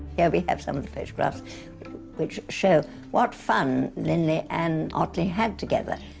here we have some of the photographs which show what fun linley and otley had together.